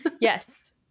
Yes